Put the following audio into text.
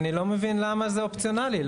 אני לא מבין למה זה אופציונלי,